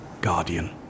Guardian